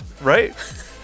right